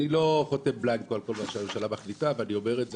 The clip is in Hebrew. אני לא חותם בליינד פה על כל מה שהממשלה מחליטה ואני אומר את זה,